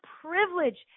privilege